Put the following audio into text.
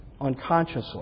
unconsciously